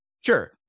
Sure